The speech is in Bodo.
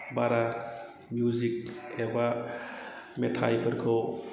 बारा मिउजिक एबा मेथाइफोरखौ